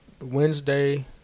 Wednesday